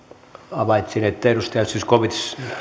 havaitsin että edustaja zyskowicz